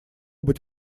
быть